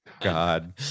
God